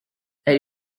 elle